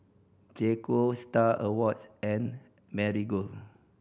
J Co Star Awards and Marigold